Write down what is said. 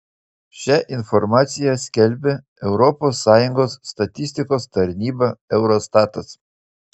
šią informaciją skelbia europos sąjungos statistikos tarnyba eurostatas